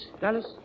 Dallas